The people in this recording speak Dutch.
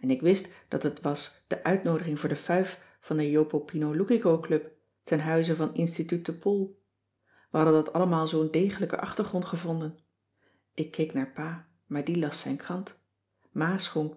en ik wist dat het was de uitnoodiging voor de fuif van de jopopinoloukicoclub ten huize van instituut de poll we hadden dat allemaal zoo'n degelijken achtergrond gevonden ik keek naar pa maar die las zijn krant ma schonk